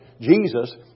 Jesus